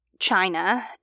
China